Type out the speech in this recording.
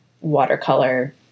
watercolor